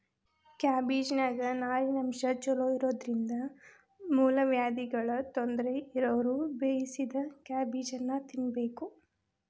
ಕ್ಯಾಬಿಜ್ನಾನ್ಯಾಗ ನಾರಿನಂಶ ಚೋಲೊಇರೋದ್ರಿಂದ ಮೂಲವ್ಯಾಧಿಗಳ ತೊಂದರೆ ಇರೋರು ಬೇಯಿಸಿದ ಕ್ಯಾಬೇಜನ್ನ ತಿನ್ಬೇಕು